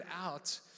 out